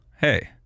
hey